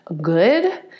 good